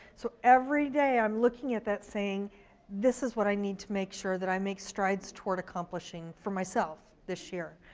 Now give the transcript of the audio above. so every day, i'm looking at that saying this is what i need to make sure that i make strides toward accomplishing for myself this year.